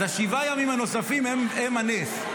אז שבעת הימים הנוספים הם הנס.